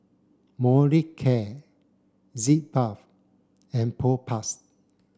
Molicare Sitz bath and Propass